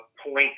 Point